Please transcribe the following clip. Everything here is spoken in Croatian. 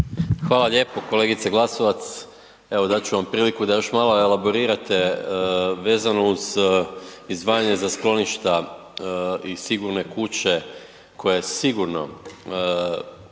Hvala lijepo kolegice Glasovac. Evo dati ću vam priliku da još malo elaborirate vezano uz izdvajanje za skloništa i sigurne kuće koju sigurno